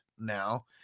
Now